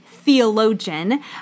theologian